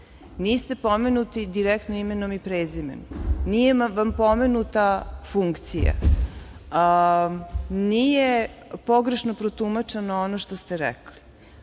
pomenuti direktno imenom i prezimenom. Nije vam pomenuta funkcija. Nije pogrešno protumačeno ono što ste rekli,